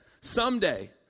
someday